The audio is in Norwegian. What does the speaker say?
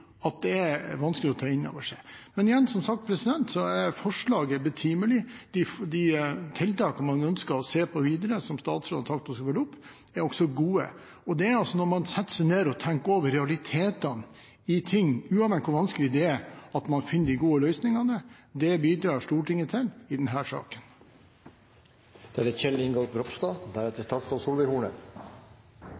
fordi det er vanskelig å ta innover seg. Men igjen, som sagt, så er forslaget betimelig. De tiltakene man ønsker å se på videre, som statsråden har sagt hun skal følge opp, er også gode. Det er når man setter seg ned og tenker over realitetene i ting, uavhengig av hvor vanskelig det er, at man finner de gode løsningene. Det bidrar Stortinget til i denne saken. Jeg vil starte med å takke saksordføreren og andre som har hatt innlegg, for gode innlegg. Som vi sier mange ganger her, er